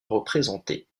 représenté